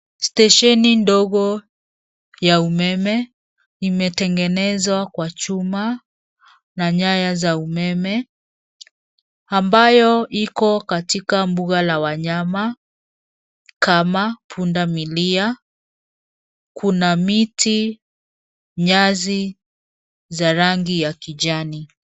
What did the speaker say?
Stesheni dogo ya umeme, imetengenezwa kwa chuma na nyaya za umeme ambayo iko katika mbuga la wanyama kama pundamilia. Kuna miti, nyasi za rangi ya kijani.